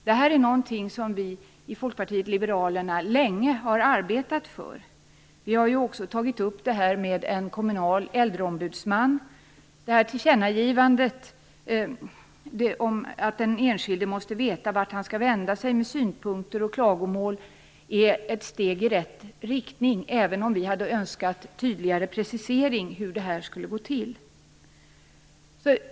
Det här är någonting som vi i Folkpartiet liberalerna länge har arbetat för. Vi har också tagit upp det här med en kommunal äldreombudsman. Tillkännagivandet om att den enskilde måste veta vart han skall vända sig med synpunkter och klagomål är ett steg i rätt riktning, även om vi hade önskat en tydligare precisering av hur det här skulle gå till.